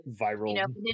viral